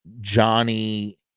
Johnny